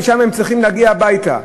שמשם הם צריכים להגיע הביתה,